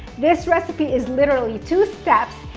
this recipe is literally two steps,